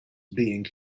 being